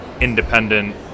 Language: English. independent